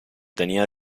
tenía